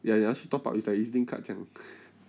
ya ya she top up is like E_Z link card 这样